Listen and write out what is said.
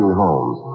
homes